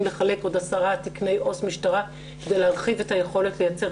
לחלק עוד 10 תקני עו"ס משטרה כדי להרחיב את היכולת לייצר